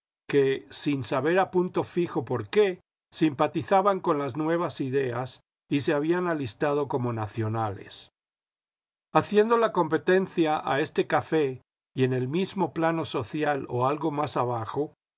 que sin saber a punto fijo por qué simpatizaban con las nuevas ideas y se habían alistado como nacionales haciendo la competencia a este café y en el mismo plano social o algo más abajo